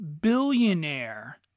billionaire